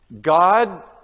God